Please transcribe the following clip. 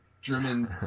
German